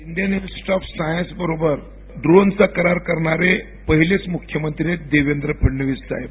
Indian institute of सायन्सबरोबर डोनचा करार करणारे पहिलेच मुख्यमंडी आहेत आपले देवेंद्र फडणवीस साहेब